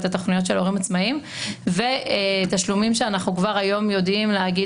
התכניות של הורים עצמאים ותשלומים שכבר היום אנחנו יכולים להגיד